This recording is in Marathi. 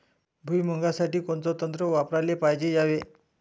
भुइमुगा साठी कोनचं तंत्र वापराले पायजे यावे?